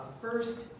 first